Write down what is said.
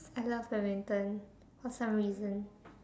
I love badminton for some reason